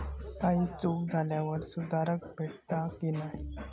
काही चूक झाल्यास सुधारक भेटता की नाय?